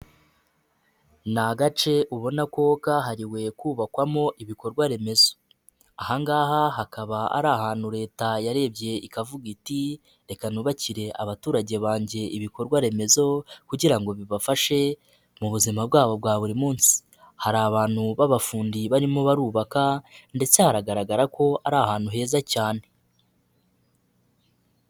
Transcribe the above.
Ni agace ubona ko kahariwe kubakwamo ibikorwa remezo, aha ngaha hakaba ari ahantu Leta yarebye ikavuga iti reka nubakire abaturage banjye ibikorwa remezo kugira ngo bibafashe mu buzima bwabo bwa buri munsi, hari abantu b'abafundi, barimo barubaka ndetse haragaragara ko ari ahantu heza cyane.